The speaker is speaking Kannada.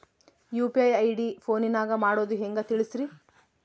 ಯು.ಪಿ.ಐ ಐ.ಡಿ ಫೋನಿನಾಗ ಮಾಡೋದು ಹೆಂಗ ತಿಳಿಸ್ರಿ?